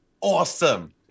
awesome